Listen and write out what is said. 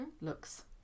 looks